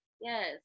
yes